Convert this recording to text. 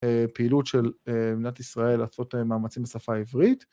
פעילות של מדינת ישראל לעשות מאמצים בשפה העברית.